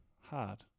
hard